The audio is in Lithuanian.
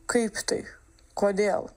kaip tai kodėl